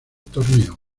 torneo